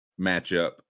matchup